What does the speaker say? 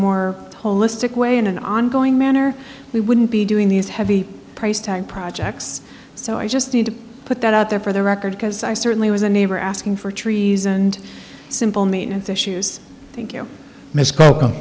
more holistic way in an ongoing manner we wouldn't be doing these heavy price type projects so i just need to put that out there for the record because i certainly was a neighbor asking for trees and simple meat and tissues thank you